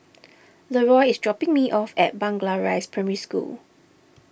Leroy is dropping me off at Blangah Rise Primary School